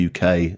UK